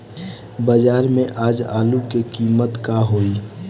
बाजार में आज आलू के कीमत का होई?